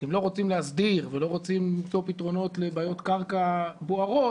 אתם לא רוצים להסדיר ולא רוצים למצוא פתרונות לבעיות קרקע בוערות,